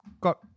got